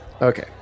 Okay